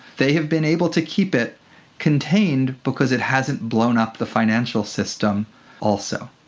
they have been able to keep it contained because it hasn't blown up the financial system also.